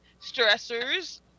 stressors